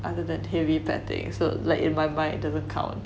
under the heavy patting so like in my mind it doesn't count